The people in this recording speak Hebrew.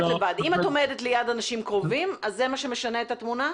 אם את עומדת ליד אנשים, זה מה שמשנה את התמונה?